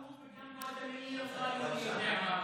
גם הוא וגם גולדה מאיר לא היו מי יודע מה בעברית.